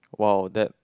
!wow! that